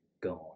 gone